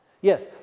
Yes